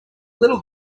little